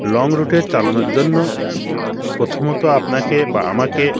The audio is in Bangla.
লং রুটে চালানোর জন্য প্রথমত আপনাকে বা আমাকে